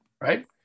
Right